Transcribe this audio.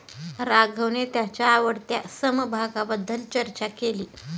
राघवने त्याच्या आवडत्या समभागाबद्दल चर्चा केली